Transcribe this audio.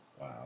Wow